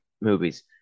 movies